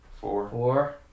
Four